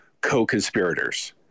co-conspirators